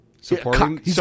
supporting